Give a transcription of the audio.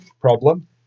problem